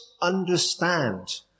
understand